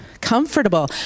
comfortable